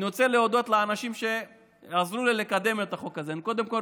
אני רוצה להודות לאנשים שעזרו לי לקדם את החוק הזה: קודם כול,